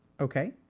Okay